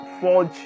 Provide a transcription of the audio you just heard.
forge